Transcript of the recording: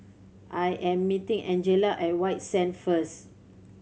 I am meeting Angela at White Sands first